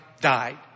died